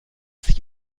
sich